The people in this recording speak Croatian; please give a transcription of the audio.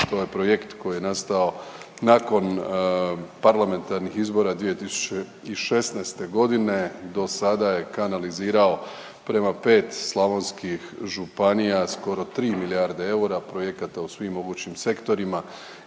to je projekt koji je nastao nakon parlamentarnih izbora 2016. godine. Do sada je kanalizirao prema 5 slavonskih županija skoro 3 milijardi eura projekata u svim mogućim sektorima